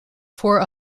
four